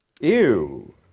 Ew